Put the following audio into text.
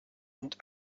und